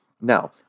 Now